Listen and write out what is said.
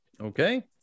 okay